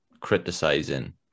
criticizing